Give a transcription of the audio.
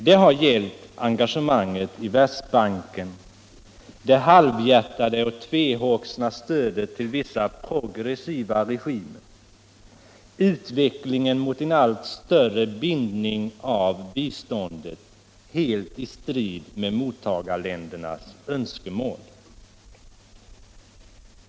Det har gällt engagemanget i världsbanken, det halvhjärtade och tvehågsna stödet till vissa progressiva regimer och utvecklingen mot en allt större bindning av biståndet, helt i strid med mottagarländernas önskemål.